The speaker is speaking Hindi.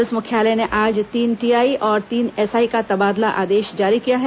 पुलिस मुख्यालय ने आज तीन टीआई और तीन एस आई का तबादला आदेश जारी किया है